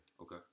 Okay